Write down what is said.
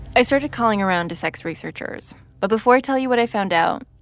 i started calling around to sex researchers. but before i tell you what i found out,